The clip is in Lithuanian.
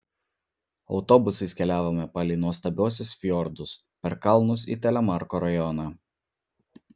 autobusais keliavome palei nuostabiuosius fjordus per kalnus į telemarko rajoną